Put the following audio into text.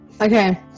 Okay